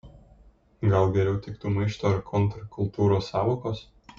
gal geriau tiktų maišto ar kontrkultūros sąvokos